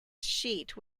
sheet